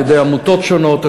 על-ידי עמותות שונות,